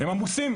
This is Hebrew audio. הם עמוסים.